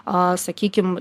o sakykim